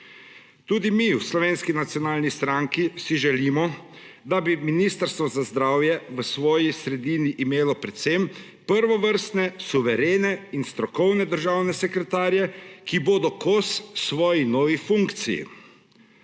Tudi mi v Slovenski nacionalni stranki si želimo, da bi Ministrstvo za zdravje v svoji sredini imelo predvsem prvovrstne, suverene in strokovne državne sekretarje, ki bodo kos svoji novi funkciji.